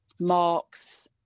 marks